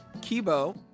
Kibo